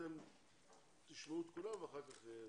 אתם תשמעו את כולם ואחר כך תתייחסו.